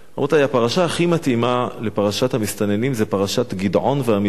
הפרשה הכי מתאימה לפרשת המסתננים זו פרשת גדעון והמדיינים.